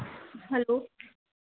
hello